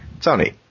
Tony